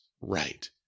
right